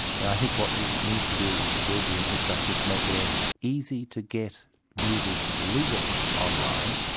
and i think what we need to do is to build the infrastructure to make it as easy to get music legally online,